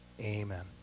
amen